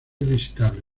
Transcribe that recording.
visitable